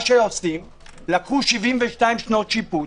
לקחו 72 שנות שיפוט,